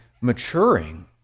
maturing